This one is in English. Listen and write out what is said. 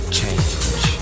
change